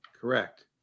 Correct